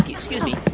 excuse me.